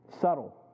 Subtle